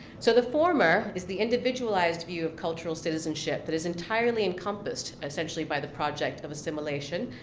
so the former is the individualized view of cultural citizenship that is entirely encompassed essentially by the project of assimilation,